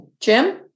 Jim